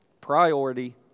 priority